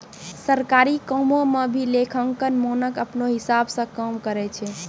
सरकारी कामो म भी लेखांकन मानक अपनौ हिसाब स काम करय छै